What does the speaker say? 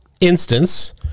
instance